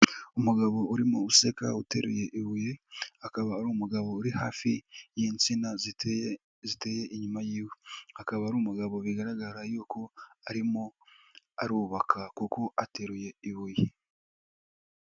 Umugabo urimo useka uteruye ibuye. Akaba ari umugabo uri hafi y'insina ziteye, ziteye inyuma yiwe. Akaba ari umugabo bigaragara yuko arimo, arubaka kuko ateruye ibuye.